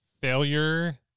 Failure